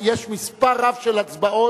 יש מספר רב של הצבעות,